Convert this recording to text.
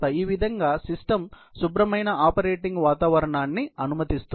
ఈ విధంగా సిస్టమ్ శుభ్రమైన ఆపరేటింగ్ వాతావరణాన్ని అనుమతిస్తుంది